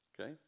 okay